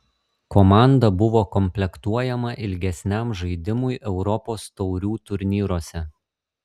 komanda buvo komplektuojama ilgesniam žaidimui europos taurių turnyruose